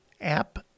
App